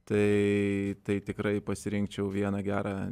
tai tai tikrai pasirinkčiau vieną gerą